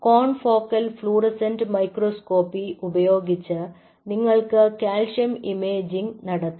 കോൺ focal fluorescence microscopy ഉപയോഗിച്ച് നിങ്ങൾ calcium imaging നടത്തണം